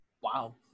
Wow